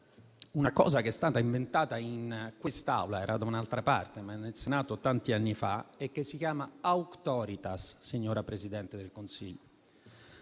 qualcosa che è stato inventato in quest'Aula - anche se era da un'altra parte -, nel Senato tanti anni fa e che si chiama *auctoritas*, signora Presidente del Consiglio.